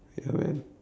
its fine